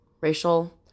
racial